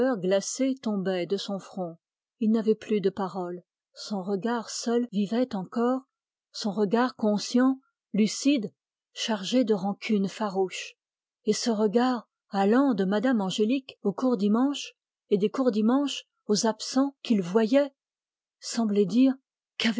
glacée tombaient de son front il n'avait plus de paroles son regard seul vivait encore son regard conscient lucide chargé de rancune farouche et ce regard allant de mme angélique aux courdimanche et des courdimanche aux absents qu'il voyait semblait dire